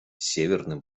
северным